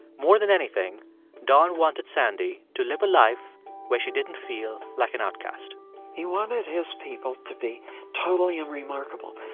more than anything don wanted sandy to live a life where she didn't feel like an outcast he wanted his people to be totally unremarkable,